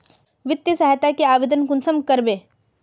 वित्तीय सहायता के आवेदन कुंसम करबे?